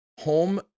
home